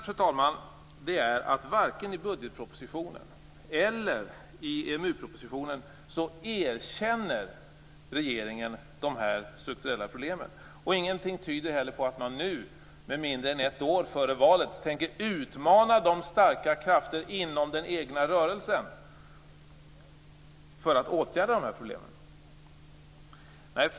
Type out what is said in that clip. Problemen är att regeringen varken i budgetpropositionen eller i EMU-propositionen erkänner de här strukturella problemen. Ingenting tyder heller på att regeringen nu, mindre än ett år före valet, tänker utmana de starka krafterna inom den egna rörelsen för att åtgärda de här problemen.